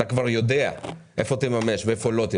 אתה כבר יודע איפה תממש ואיפה לא תממש.